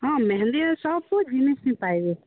ହଁ ମେହେନ୍ଦି ସବୁ ଜିନିଷ ନି ପାଇବେ